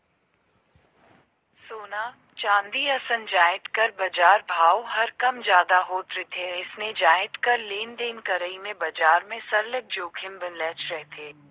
सोना, चांदी असन जाएत कर बजार भाव हर कम जादा होत रिथे अइसने जाएत कर लेन देन करई में बजार में सरलग जोखिम बनलेच रहथे